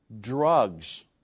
drugs